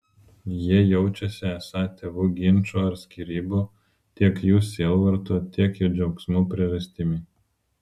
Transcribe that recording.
jie jaučiasi esą tėvų ginčų ar skyrybų tiek jų sielvarto tiek jų džiaugsmų priežastimi